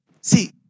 See